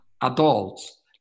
adults